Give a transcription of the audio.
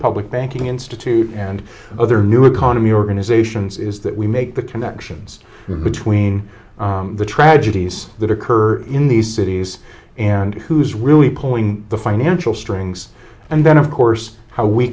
public banking institute and other new economy organizations is that we make the connections between the tragedies that occur in these cities and who's really pulling the financial strings and then of course how we